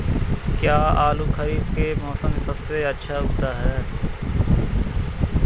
क्या आलू खरीफ के मौसम में सबसे अच्छा उगता है?